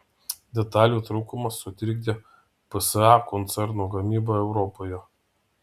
detalių trūkumas sutrikdė psa koncerno gamybą europoje